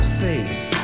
face